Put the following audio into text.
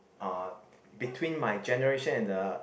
uh between my generation and the